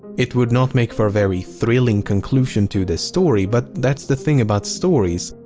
it would not make for a very thrilling conclusion to this story, but that's the thing about stories,